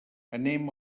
anem